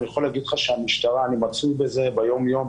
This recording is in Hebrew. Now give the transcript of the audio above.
אני יכול להגיד לך שאני מצוי בזה ביומיום,